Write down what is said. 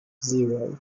zero